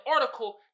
article